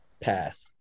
path